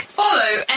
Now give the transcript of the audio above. follow